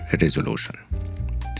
resolution